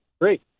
Great